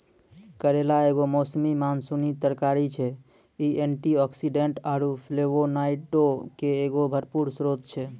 करेला एगो मौसमी मानसूनी तरकारी छै, इ एंटीआक्सीडेंट आरु फ्लेवोनोइडो के एगो भरपूर स्त्रोत छै